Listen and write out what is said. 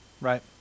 right